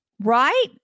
right